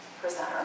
presenter